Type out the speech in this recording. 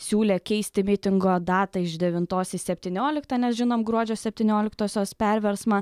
siūlė keisti mitingo datą iš devintos į septynioliktą nes žinom gruodžio septynioliktosios perversmą